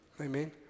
Amen